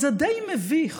אני מאוד מברך